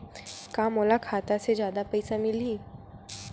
का मोला खाता से जादा पईसा मिलही?